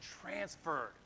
transferred